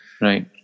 Right